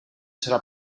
serà